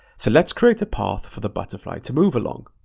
so let's create a path for the butterfly to move along.